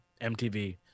MTV